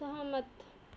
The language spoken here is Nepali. सहमत